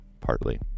Partly